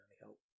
help